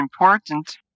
important